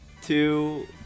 two